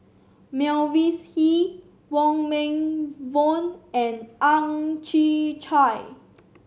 Mavis Hee Wong Meng Voon and Ang Chwee Chai